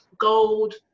gold